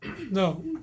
No